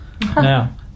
Now